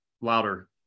louder